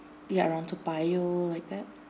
yeah around toa payoh like that